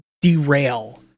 derail